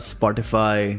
Spotify